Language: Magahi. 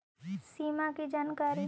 सिमा कि जानकारी?